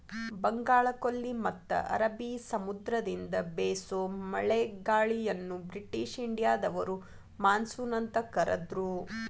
ಬಂಗಾಳಕೊಲ್ಲಿ ಮತ್ತ ಅರಬಿ ಸಮುದ್ರದಿಂದ ಬೇಸೋ ಮಳೆಗಾಳಿಯನ್ನ ಬ್ರಿಟಿಷ್ ಇಂಡಿಯಾದವರು ಮಾನ್ಸೂನ್ ಅಂತ ಕರದ್ರು